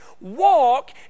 walk